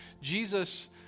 Jesus